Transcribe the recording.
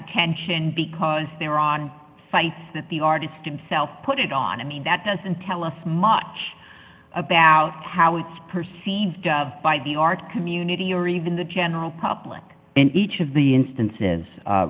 attention because they are on sites that the artist himself put it on i mean that doesn't tell us much about how it's perceived by the art community or even the general public in each of the instances